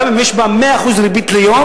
גם אם יש בה 100% ריבית ליום,